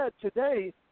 today